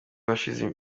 hashize